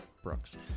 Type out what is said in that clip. brooks